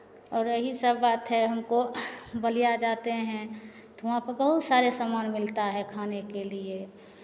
और यही सब बात है हमको बलिया जाते हैं तो हुआं पर बहुत सारे सामान मिलता है खाने के लिये